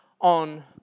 on